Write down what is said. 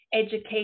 education